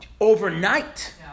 overnight